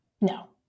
No